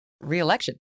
re-election